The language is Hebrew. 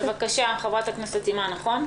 בבקשה חברת הכנסת אימאן ח'טיב יאסין.